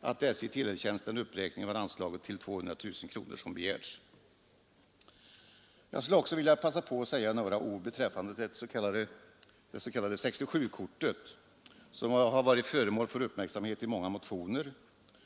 att SJ tillerkänns den uppräkning av anslaget till 200 000 kronor som begärts. Jag skall också passa på att säga några ord om det s.k. 67-kortet som har uppmärksammats i många motioner.